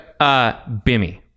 Bimmy